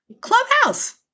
Clubhouse